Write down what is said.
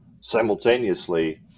simultaneously